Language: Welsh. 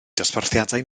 dosbarthiadau